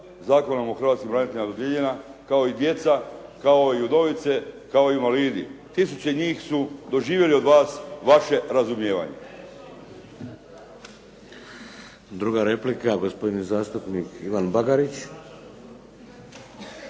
Zakonom o hrvatskim braniteljima dodijeljena, kao i djeca, kao i udovice, kao i invalidi. Tisuće od njih su doživjeli vaše razumijevanje. **Šeks, Vladimir (HDZ)** Druga replika, gospodin zastupnik Ivan Bagarić.